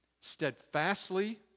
steadfastly